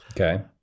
Okay